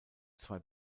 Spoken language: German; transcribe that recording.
zwei